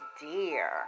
dear